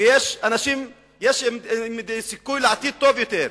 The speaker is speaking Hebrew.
שיש סיכוי לעתיד טוב יותר,